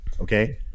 okay